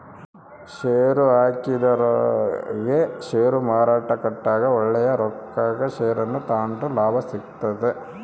ಷೇರುಹಾಕಿದೊರಿಗೆ ಷೇರುಮಾರುಕಟ್ಟೆಗ ಒಳ್ಳೆಯ ರೊಕ್ಕಕ ಷೇರನ್ನ ತಾಂಡ್ರೆ ಲಾಭ ಸಿಗ್ತತೆ